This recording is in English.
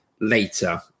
later